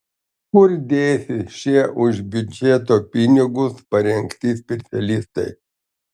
kur dėsis šie už biudžeto pinigus parengti specialistai